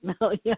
million